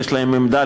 יש להם עמדה,